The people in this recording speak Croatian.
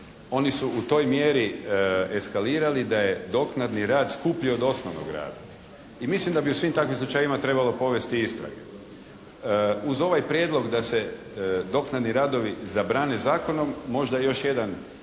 oni su u toj mjeri eskalirali da je doknadni rad skuplji od osnovnog rada i mislim da bi u svim takvim slučajevima trebalo povesti istrage. Uz ovaj prijedlog da se doknadni radovi zabrane zakonom možda još jedan